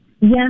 yes